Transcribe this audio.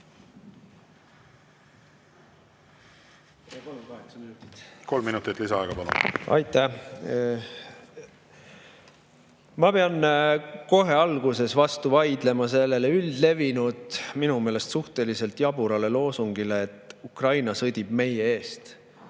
edasikestmisele. Aitäh! Ma pean kohe alguses vastu vaidlema sellele üldlevinud ja minu meelest suhteliselt jaburale loosungile, et Ukraina sõdib meie eest.